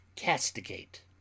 Castigate